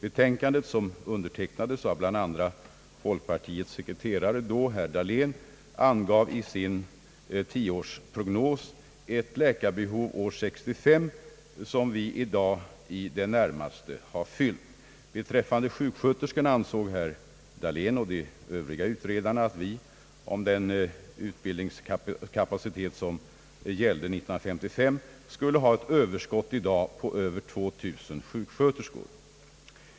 Betänkandet, som undertecknades av bl.a. folkpartiets sekreterare vid den tiden, herr Dahlén, angav i sin tioårsprognos ett läkarbehov för år 1965, som vi i dag i det närmaste har fyllt. Beträffande sjuksköterskorna ansåg herr Dahlén och de övriga utredarna att vi, med den utbildningskapacitet som gällde 1955, skulle ha ett överskott i dag på över 2 000 sjuksköterskor.